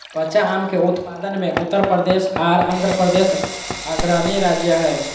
कच्चा आम के उत्पादन मे उत्तर प्रदेश आर आंध्रप्रदेश अग्रणी राज्य हय